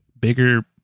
bigger